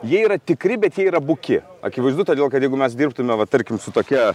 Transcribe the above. jie yra tikri bet jie yra buki akivaizdu todėl kad jeigu mes dirbtume va tarkim su tokia